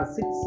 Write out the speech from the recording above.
six